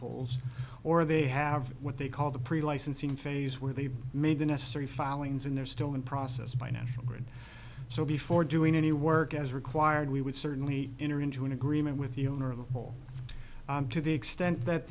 bills or they have what they call the pre licensing phase where they've made the necessary filings and they're still in process by national grid so before doing any work as required we would certainly enter into an agreement with the owner of the ball to the extent that